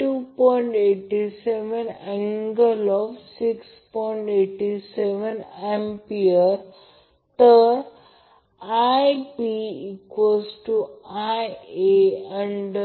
संदर्भ म्हणून सांगत आहे हे Van आहे जर मी ते बनवले कारण ही दिशा आहे तर Van हा V b पासून 30° ने लॅगिंग असेल म्हणून की म्हणूनच Van VL√ 3 अँगल 50